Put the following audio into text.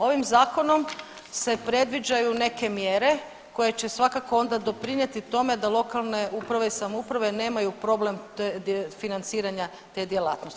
Ovim zakonom se predviđaju neke mjere koje će svakako onda doprinijeti tome da lokalne uprave i samouprave nemaju problem financiranja te djelatnosti.